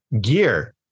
gear